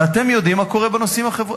ואתם יודעים מה קורה בנושאים החברתיים,